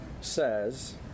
says